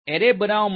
array બનાવવા માટે